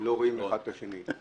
לא לראות אחד את השני...